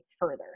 further